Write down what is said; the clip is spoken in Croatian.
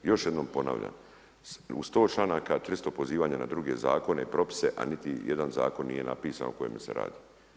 Još jednom ponavljam u 100 članaka 300 pozivanja na druge zakone i propise, a niti jedan zakon nije napisan o kojeme se radi.